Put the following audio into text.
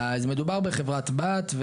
מדובר בחברת בת.